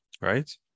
right